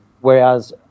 Whereas